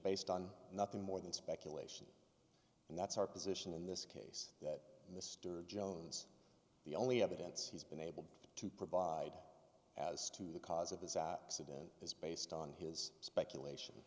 based on nothing more than speculation and that's our position in this case that the story of jones the only evidence he's been able to provide as to the cause of the accident is based on his speculation